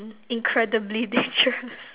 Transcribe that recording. incredibly dangerous